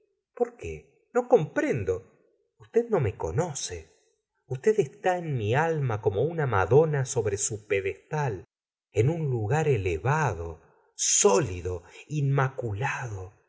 por qué no comprendo usted no me conoce usted esté en mi alma como una madona sobre su pedestal en un lugar elevado sólido inmaculado